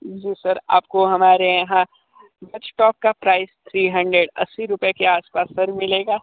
जी sir आपको हमारे यहां बज़ टॉप का प्राइस थ्री हंड्रेड अस्सी रुपए के आस पास पर मिलेगा